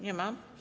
Nie ma.